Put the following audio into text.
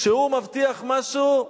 כשהוא מבטיח משהו,